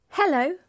Hello